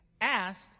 asked